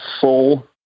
full